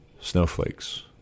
snowflakes